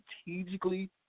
strategically